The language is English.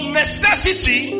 necessity